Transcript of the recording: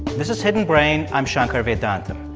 this is hidden brain. i'm shankar vedantam.